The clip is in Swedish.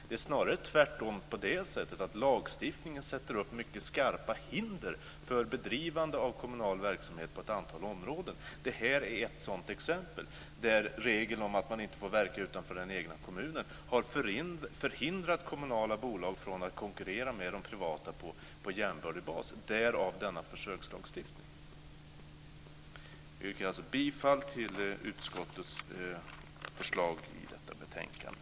Det är snarare tvärtom på det sättet att lagstiftningen sätter upp mycket skarpa hinder för bedrivande av kommunal verksamhet på ett antal områden. Det här är ett sådant exempel, där regeln om att man inte får verka utanför den egna kommunen har förhindrat kommunala bolag att konkurrera med de privata på jämbördig bas - därav denna försökslagstiftning. Jag yrkar alltså bifall till utskottets förslag i detta betänkande.